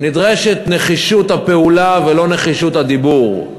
נדרשת נחישות הפעולה ולא נחישות הדיבור.